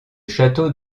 château